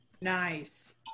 Nice